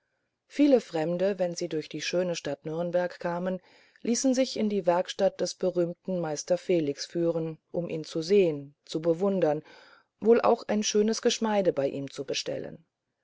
viele fremde wenn sie durch die schöne stadt nürnberg kamen ließen sich in die werkstatt des berühmten meister felix führen um ihn zu sehen zu bewundern wohl auch ein schönes geschmeide bei ihm zu bestellen